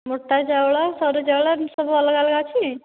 ମୋଟା ଚାଉଳ ସରୁ ଚାଉଳ ଏମିତି ସବୁ ଅଲଗା ଅଲଗା ଅଛି